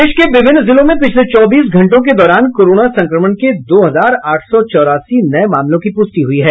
प्रदेश के विभिन्न जिलों में पिछले चौबीस घंटों के दौरान कोरोना संक्रमण के दो हजार आठ सौ चौरासी नये मामलों की पुष्टि हुई है